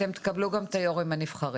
אתם תקבלו גם את יושבי הראש הנבחרים.